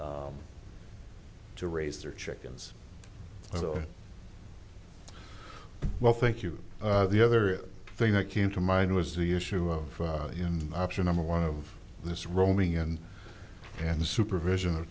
all to raise their chickens oh well thank you the other thing that came to mind was the issue of option number one of this roaming and and the supervision of